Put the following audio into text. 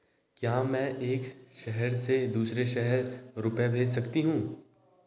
क्या मैं एक शहर से दूसरे शहर रुपये भेज सकती हूँ?